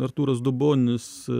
artūras dubonis